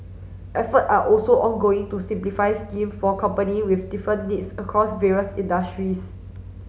effort are also ongoing to simplify scheme for company with different needs across various industries